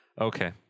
Okay